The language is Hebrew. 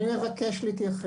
אני מבקש להתייחס.